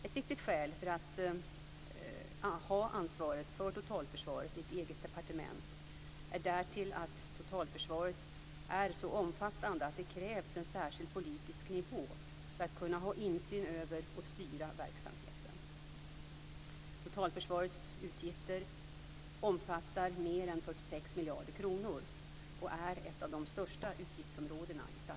Ett viktigt skäl för att ha ansvaret för totalförsvaret i ett eget departement är därtill att totalförsvaret är så omfattande att det krävs en särskild politisk nivå för att kunna ha insyn över och styra verksamheten. Totalförsvarets utgifter omfattar mer än 46 miljarder kronor och är ett av de största utgiftsområdena i statsbudgeten.